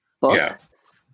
books